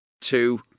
two